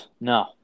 No